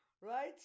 right